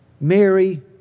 Mary